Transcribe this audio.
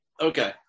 Okay